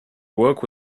work